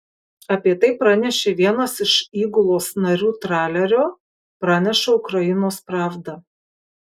apie tai pranešė vienas iš įgulos narių tralerio praneša ukrainos pravda